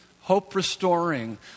hope-restoring